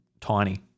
tiny